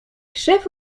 krzew